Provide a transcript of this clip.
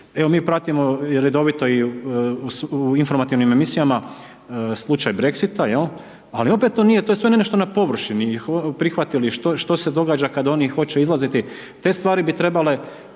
Evo mi pratimo i redovito u informativnim emisijama slučaj Brexita, ali opet to nije, to je sve nešto na površini, prihvatili i što se događa kada oni hoće izlaziti te stvari bi trebale